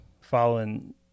following